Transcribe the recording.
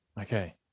Okay